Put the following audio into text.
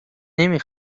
نمی